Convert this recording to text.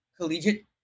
collegiate